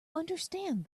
understand